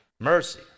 mercy